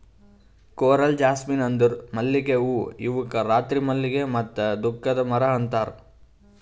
coral jasmine ಅಂದುರ್ ಮಲ್ಲಿಗೆ ಹೂವು ಇವುಕ್ ರಾತ್ರಿ ಮಲ್ಲಿಗೆ ಮತ್ತ ದುಃಖದ ಮರ ಅಂತಾರ್